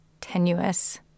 tenuous